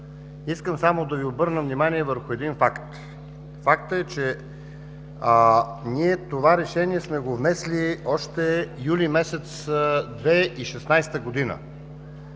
искам само да Ви обърна внимание върху един факт. Фактът е, че ние това решение сме го внесли още през месец юли 2016 г .